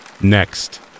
Next